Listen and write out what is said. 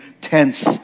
tents